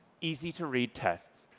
easy to read tests.